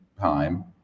time